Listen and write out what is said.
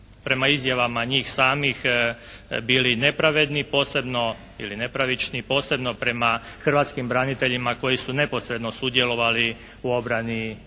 prema izjavama njih samih bili nepravedni posebno, ili nepravični, posebno prema hrvatskim braniteljima koji su neposredno sudjelovali u obrani